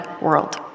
world